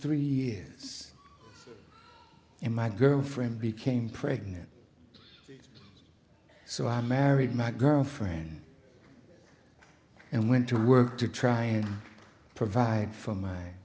three years in my girlfriend became pregnant so i married my girlfriend and went to work to try and provide for my